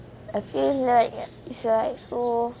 I feel like it's like so